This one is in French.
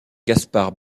gaspard